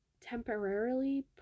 temporarily